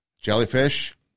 Jellyfish